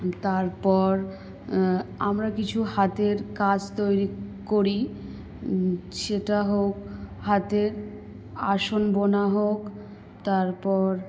তারপর আমরা কিছু হাতের কাজ তৈরি করি সেটা হোক হাতের আসন বোনা হোক তারপর